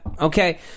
Okay